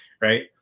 right